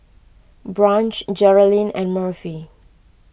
Branch Jerilyn and Murphy